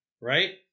Right